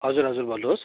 हजुर हजुर भन्नुहोस्